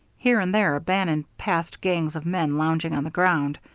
here and there bannon passed gangs of men lounging on the ground,